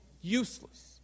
Useless